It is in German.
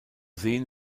sehen